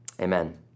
amen